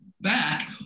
back